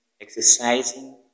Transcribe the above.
exercising